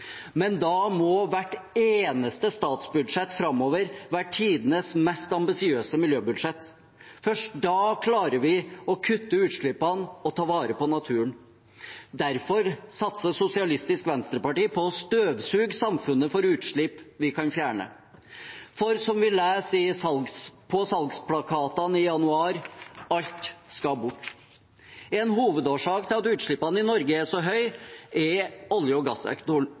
men da må hvert eneste statsbudsjett framover være tidenes mest ambisiøse miljøbudsjett. Først da klarer vi å kutte utslippene og ta vare på naturen. Derfor satser Sosialistisk Venstreparti på å støvsuge samfunnet for utslipp vi kan fjerne. For som vi leser på salgsplakatene i januar: Alt skal bort. En hovedårsak til at utslippene i Norge er så høye, er olje- og gassektoren.